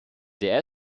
der